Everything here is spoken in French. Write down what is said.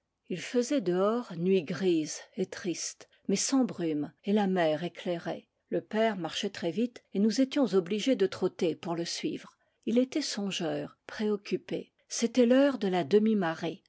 il faisait dehors nuit grise et triste mais sans brume et la mer éclairait le père marchait très vite et nous étions obligés de trotter pour le suivre il était songeur préoc cupé c'était l'heure de la